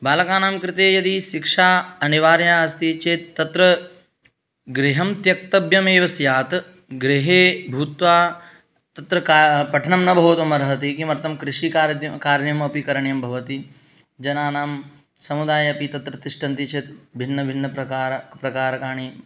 बालकानां कृते यदि शिक्षा अनिवार्या अस्ति चेत् तत्र गृहं त्यक्तव्यम् एव स्यात् गृहे भूत्वा तत्र का पठनं न भवितुम् अर्हति किमर्थं कृषि कार्यम् अपि करणीयं भवति जनानां समुदाय अपि तत्र तिष्ठन्ति चेत् भिन्न भिन्न प्रकार प्रकारकाणि